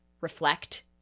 reflect